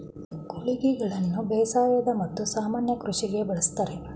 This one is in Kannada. ಗೂಳಿಗಳನ್ನು ಬೇಸಾಯದ ಮತ್ತು ಸಾಮಾನ್ಯ ಕೃಷಿಗೆ ಬಳಸ್ತರೆ